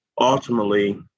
ultimately